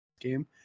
game